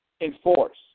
enforce